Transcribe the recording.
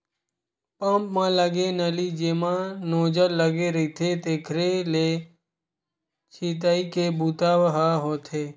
pump म लगे नली जेमा नोजल लगे रहिथे तेखरे ले छितई के बूता ह होथे